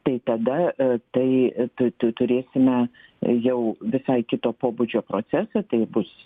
tai tada tai tu turėsime jau visai kito pobūdžio procesą tai bus